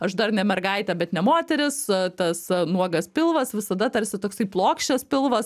aš dar ne mergaitė bet ne moteris tas nuogas pilvas visada tarsi toksai plokščias pilvas